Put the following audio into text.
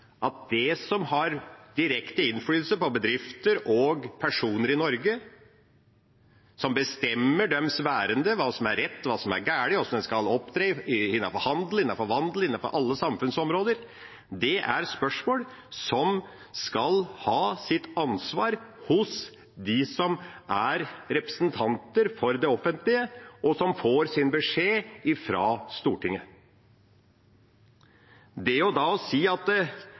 som har direkte innflytelse på bedrifter og personer i Norge, som bestemmer deres værende – hva som er rett, hva som er galt, hvordan en skal opptre innenfor handel, innenfor vandel og på alle samfunnsområder – er spørsmål som skal ha sitt ansvar hos dem som er representanter for det offentlige, og som får sin beskjed fra Stortinget. Da å si at